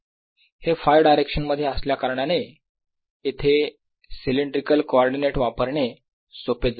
हे Φ डायरेक्शन मध्ये असल्याकारणाने इथे सिलेंड्रिकल कोऑर्डिनेट वापरणे सोपे जाईल